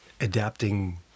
adapting